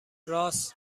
راس